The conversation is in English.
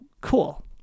cool